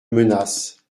menace